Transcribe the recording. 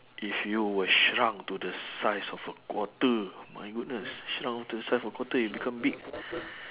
if you were shrunk to the size of a quarter my goodness shrunk to the size of a quarter you become big